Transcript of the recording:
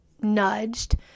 nudged